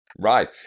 Right